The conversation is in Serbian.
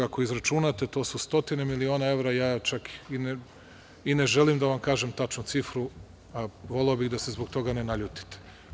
Ako izračunate, to su stotine miliona evra, ja čak i ne želim da vam kažem tačnu cifru, a voleo bih da se zbog toga ne naljutite.